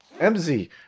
MZ